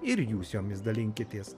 ir jūs jomis dalinkitės